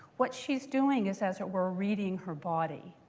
what she's doing is, as it were, reading her body.